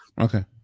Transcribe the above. Okay